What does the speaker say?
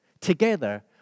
together